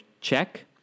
check